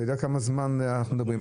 אתה יודע על כמה זמן אנחנו מדברים.